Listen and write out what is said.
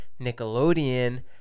Nickelodeon